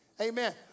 Amen